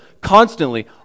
constantly